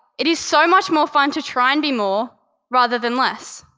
it is so much more fun to try and be more rather than less.